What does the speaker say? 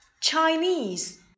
Chinese